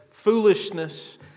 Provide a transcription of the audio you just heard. foolishness